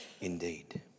Indeed